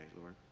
Lord